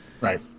Right